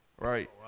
Right